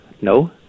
No